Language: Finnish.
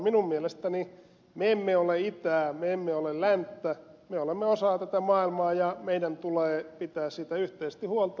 minun mielestäni me emme ole itää me emme ole länttä me olemme osa tätä maailmaa ja meidän tulee pitää siitä yhteisesti huolta